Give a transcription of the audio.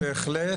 בהחלט.